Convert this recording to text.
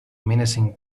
menacing